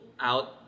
out